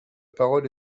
parole